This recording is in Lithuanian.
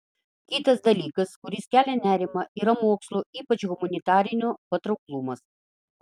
kitas dalykas kuris kelia nerimą yra mokslo ypač humanitarinio patrauklumas